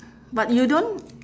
but you don't